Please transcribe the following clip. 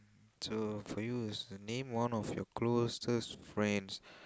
so for you is name one of your closest friends